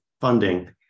funding